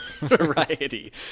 Variety